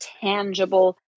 tangible